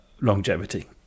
longevity